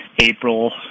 April